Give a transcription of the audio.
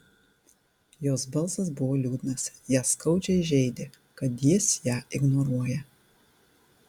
jos balsas buvo liūdnas ją skaudžiai žeidė kad jis ją ignoruoja